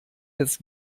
jetzt